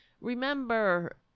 remember